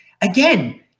again